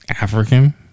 African